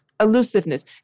Elusiveness